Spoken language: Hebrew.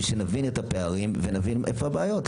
שנבין את הפערים ונבין היכן הבעיות.